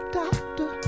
doctor